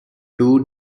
two